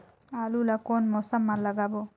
आलू ला कोन मौसम मा लगाबो?